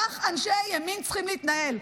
כך אנשי ימין צריכים להתנהל.